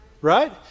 Right